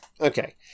Okay